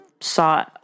saw